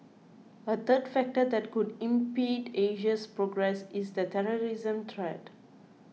a third factor that could impede Asia's progress is the terrorism threat